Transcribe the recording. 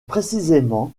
précisément